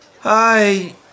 Hi